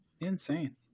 Insane